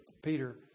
Peter